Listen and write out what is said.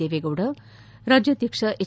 ದೇವೇಗೌಡ ರಾಜ್ಗಾಧ್ಯಕ್ಷ ಹೆಚ್